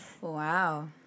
Wow